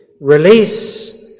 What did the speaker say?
Release